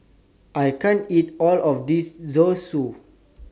I can't eat All of This Zosui